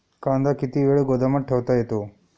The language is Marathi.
कांदा किती वेळ गोदामात ठेवता येतो?